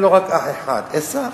היה לו רק אח אחד, עשו.